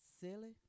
silly